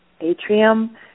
atrium